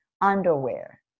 underwear